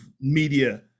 media